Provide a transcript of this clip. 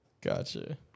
Gotcha